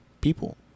people